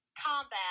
combat